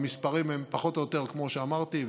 המספרים הם פחות או יותר כמו שאמרתי,